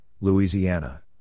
Louisiana